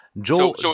Joel –